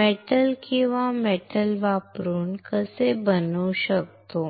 metal किंवा metal वापरून कसे बनवू शकतो